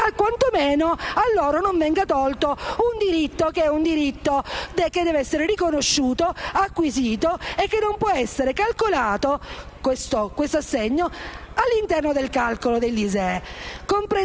quantomeno a loro non tolto un diritto che deve essere riconosciuto, acquisito e che non può essere ricompreso all'interno del calcolo dell'ISEE.